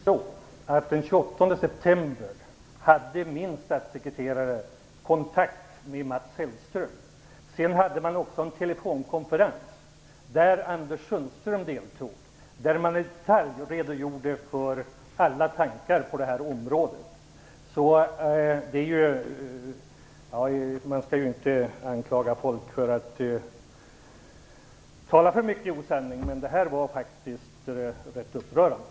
Fru talman! Den 28 september hade min statssekreterare kontakt med Mats Hellström. Man hade också en telefonkonferens där Anders Sundström deltog och där man i detalj redogjorde för alla tankar på detta område. Man skall inte anklaga folk för att tala osanning, men detta är faktiskt upprörande.